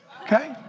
okay